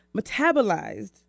metabolized